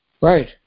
Right